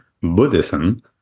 buddhism